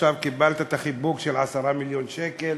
ועכשיו קיבלת את החיבוק של 10 מיליון שקל